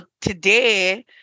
today